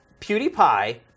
PewDiePie